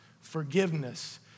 forgiveness